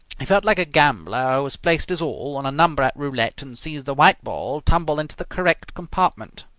he felt like a gambler who has placed his all on a number at roulette and sees the white ball tumble into the correct compartment.